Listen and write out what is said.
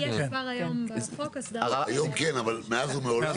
היום כן, אבל מאז ומעולם?